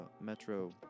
metro